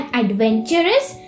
adventurous